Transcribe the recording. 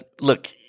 look